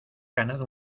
ganado